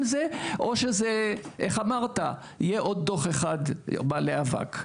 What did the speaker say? זה או שזה יהיה עוד דוח אחד מעלה אבק.